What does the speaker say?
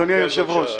אדוני היושב-ראש.